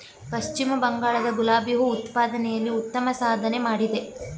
ಪಶ್ಚಿಮ ಬಂಗಾಳ ಗುಲಾಬಿ ಹೂ ಉತ್ಪಾದನೆಯಲ್ಲಿ ಉತ್ತಮ ಸಾಧನೆ ಮಾಡಿದೆ